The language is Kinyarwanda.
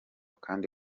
kandi